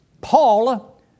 Paul